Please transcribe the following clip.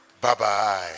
Bye-bye